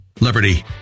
liberty